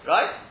Right